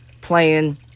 playing